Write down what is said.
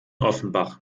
offenbach